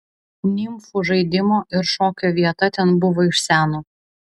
nimfų žaidimo ir šokio vieta ten buvo iš seno